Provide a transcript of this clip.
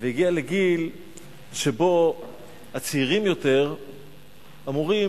והגיע לגיל שבו הצעירים יותר אמורים